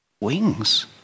Wings